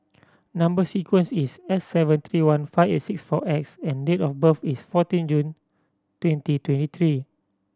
number sequence is S seven three one five eight six four X and date of birth is fourteen June twenty twenty three